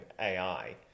AI